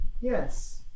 Yes